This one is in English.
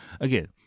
again